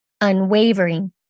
unwavering